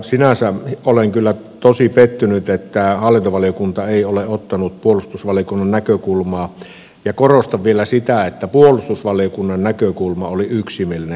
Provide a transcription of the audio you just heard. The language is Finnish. sinänsä olen kyllä tosi pettynyt että hallintovaliokunta ei ole ottanut puolustusvaliokunnan näkökulmaa ja korostan vielä sitä että puolustusvaliokunnan näkökulma oli yksimielinen